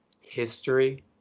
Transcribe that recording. history